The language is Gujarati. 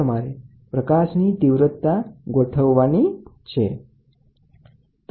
તો તમે એવી રીતે કરો કે તીવ્રતા ગોઠવી શકાય